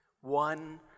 one